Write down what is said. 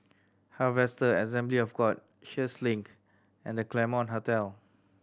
Harvester Assembly of God Sheares Link and The Claremont Hotel